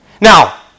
Now